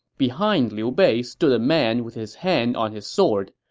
behind liu bei stood a man with his hand on his sword.